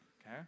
Okay